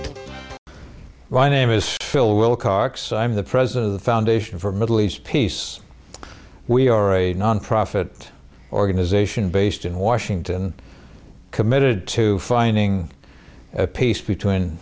right phil wilcox i'm the president of the foundation for middle east peace we are a nonprofit organization based in washington committed to finding a peace between